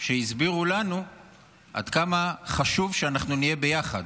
שהסבירו לנו עד כמה חשוב שאנחנו נהיה ביחד,